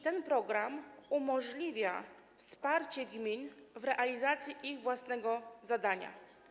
Ten program umożliwia wsparcie gmin w realizacji ich własnego zadania.